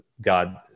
God